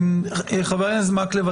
חבר הכנסת מקלב,